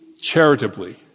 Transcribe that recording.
charitably